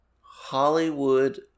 hollywood